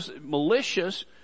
malicious